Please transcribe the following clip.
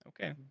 okay